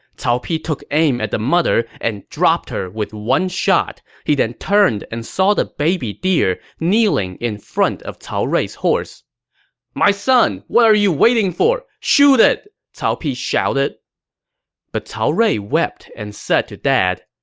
cao pi took aim at the mother and dropped her with one shot. he then turned and saw the baby deer kneeling in front of cao rui's horse my son, what are you waiting for? shoot it! cao pi shouted but cao rui wept and said to dad,